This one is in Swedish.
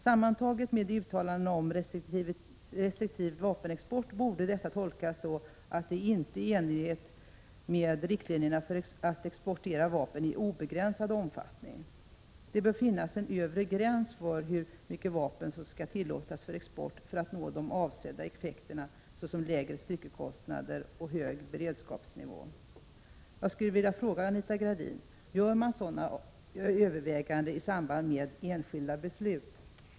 Sammantaget med uttalandena om restriktiv vapenexport borde detta tolkas så, att det inte är i enlighet med riktlinjerna att exportera vapen i obegränsad omfattning. Det bör finnas en övre gräns för hur mycket vapen som skall tillåtas för export för att nå de avsedda effekterna, såsom lägre styckekostnader och hög beredskapsnivå. Jag skulle vilja fråga Anita Gradin: Görs sådana överväganden i samband med enskilda beslut?